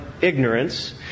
ignorance